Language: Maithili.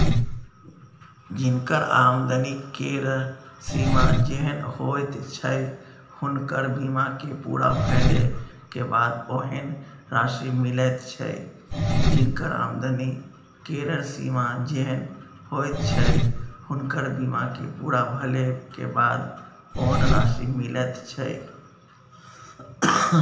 जिनकर आमदनी केर सीमा जेहेन होइत छै हुनकर बीमा के पूरा भेले के बाद ओहेन राशि मिलैत छै